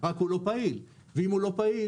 רק הוא לא פעיל ואם הוא לא פעיל,